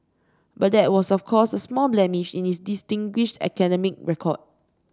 but that was of course a small blemish in his distinguished academic record